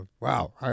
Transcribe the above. Wow